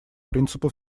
принципу